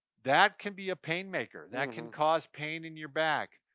that can be a pain maker. that can cause pain in your back.